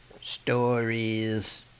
Stories